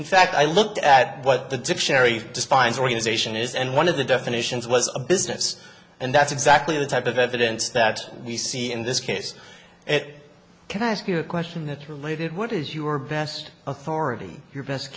in fact i looked at what the dictionary defines organization is and one of the definitions was a business and that's exactly the type of evidence that we see in this case it can ask you a question that related what is your best authority your best